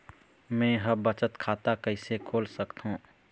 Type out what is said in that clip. मै ह बचत खाता कइसे खोल सकथों?